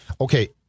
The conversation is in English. okay